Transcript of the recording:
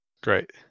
Great